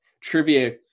trivia